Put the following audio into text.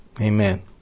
Amen